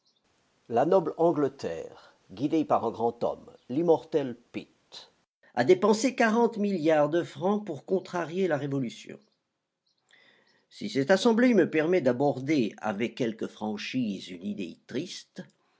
la noble angleterre guidée par un grand homme l'immortel pitt a dépensé quarante milliards de francs pour contrarier la révolution si cette assemblée me permet d'aborder avec quelque franchise une idée triste